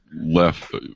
left